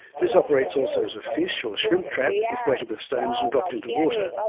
this operates also as a fish or shrimp trap if weighted with stones and dropped into water,